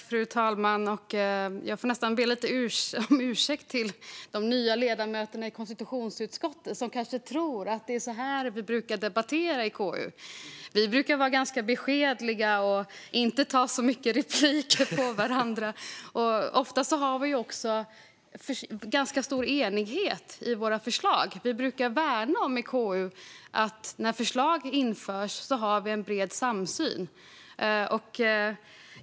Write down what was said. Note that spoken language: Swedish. Fru talman! Jag får nästan be om ursäkt till de nya ledamöterna i konstitutionsutskottet, som kanske tror att det är så här vi brukar debattera i KU. Vi brukar vara beskedliga och inte begära så mycket repliker på varandra. Ofta är vi eniga i våra förslag, och vi i KU brukar värna om att förslag ska införas i bred samsyn.